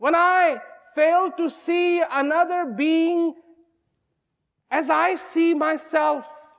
when i fail to see another being as i see myself